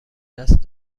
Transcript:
دست